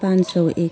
पाँच सौ एक